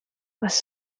was